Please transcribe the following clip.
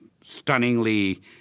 stunningly